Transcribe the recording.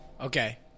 Okay